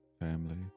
family